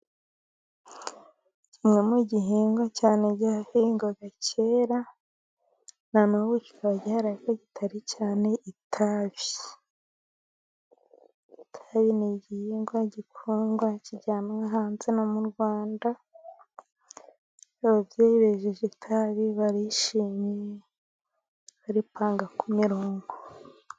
Kimwe mu gihingwa cyane, cyahingwaga kera na nubu kikaba gihari atari cyane, itabi. itabi ni igihingwa gikundwa, kijyanwa hanze, no mu rwanda ababyeyi beje itabi barishimye, baripanga ku mirongo.